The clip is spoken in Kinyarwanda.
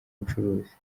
bucuruzi